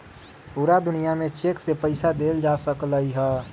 पूरा दुनिया में चेक से पईसा देल जा सकलई ह